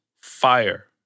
Fire